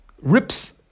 rips